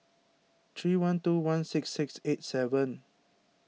three one two one six six eight seven